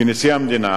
כנשיא המדינה